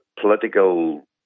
political